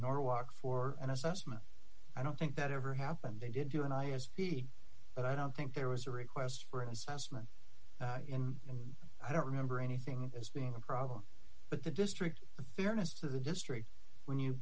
a walk for an assessment i don't think that ever happened they did you and i as phoebe but i don't think there was a request for an assessment and i don't remember anything as being a problem but the district of fairness to the district when you